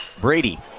Brady